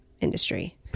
industry